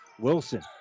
Wilson